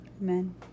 amen